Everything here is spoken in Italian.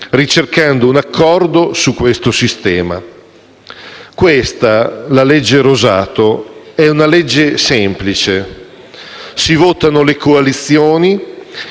ricercando un accordo su questo sistema. Questa, la legge Rosato, è una legge semplice. Si votano le coalizioni